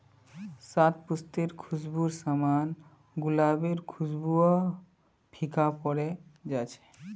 शतपुष्पेर खुशबूर साम न गुलाबेर खुशबूओ फीका पोरे जा छ